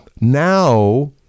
now